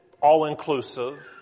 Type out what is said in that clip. all-inclusive